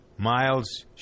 Miles